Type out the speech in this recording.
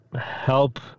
help